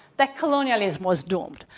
that colonialism was doomed.